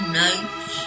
nights